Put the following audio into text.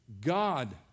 God